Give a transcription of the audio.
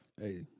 Hey